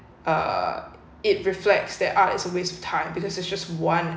uh it reflects that art it's a waste of time because it's just one